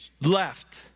left